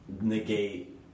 Negate